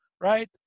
right